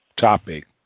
topic